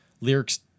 lyrics